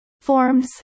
Forms